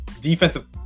Defensive